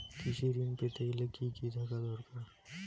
কৃষিঋণ পেতে গেলে কি কি থাকা দরকার?